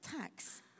tax